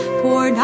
pour